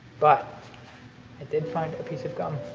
but. i did find a piece of gum.